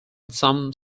some